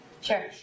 sure